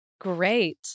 Great